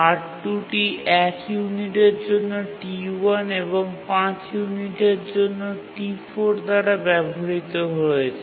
R2 টি ১ ইউনিটের জন্য T1 এবং ৫ ইউনিটের জন্য T4 দ্বারা ব্যবহৃত হয়েছে